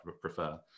prefer